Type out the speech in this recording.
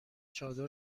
چادر